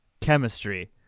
chemistry